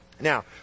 Now